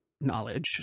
knowledge